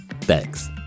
Thanks